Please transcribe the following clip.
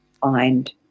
find